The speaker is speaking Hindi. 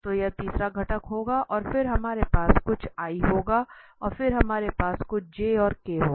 तो यह तीसरा घटक होगा और फिर हमारे पास कुछ होगा और फिर हमारे पास कुछ और होगा